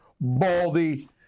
baldy